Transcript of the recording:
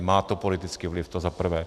Má to politický vliv, to za prvé.